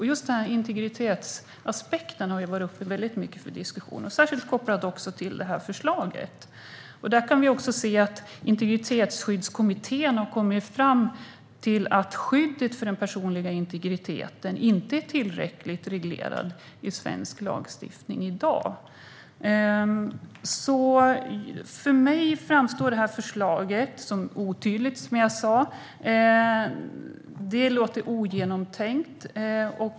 Just integritetsaspekten har varit uppe till diskussion mycket, särskilt kopplat till det här förslaget. Integritetsskyddskommittén har också kommit fram till att skyddet för den personliga integriteten inte är tillräckligt reglerat i svensk lagstiftning i dag. Förslaget framstår som sagt som otydligt för mig. Det låter ogenomtänkt.